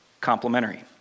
complementary